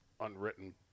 unwritten